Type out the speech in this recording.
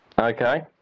Okay